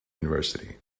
university